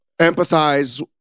empathize